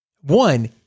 One